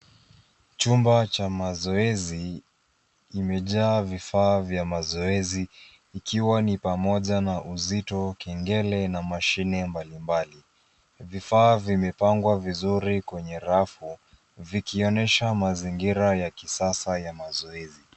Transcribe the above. Chumba cha mazoezi, kimejaa vifaa vya mazoezi, ikiwa ni pamoja na uzito, kengele na mashine mbalimbali. Vifaa vimepangwa vizuri kwenye rafu, vikionyesha mazingira ya kisasa ya mazoezi.